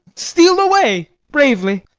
steal away bravely.